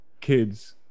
Kids